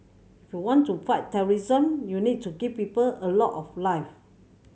if you want to fight terrorism you need to give people a love of life